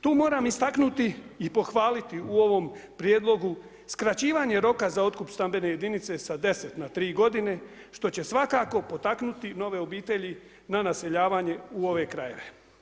Tu moram istaknuti i pohvaliti u ovom prijedlogu skraćivanje roka za otkup stambene jedinice sa 10 na 3 godine što će svakako potaknuti nove obitelji na naseljavanje u ove krajeve.